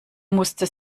musste